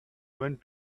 went